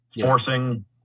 forcing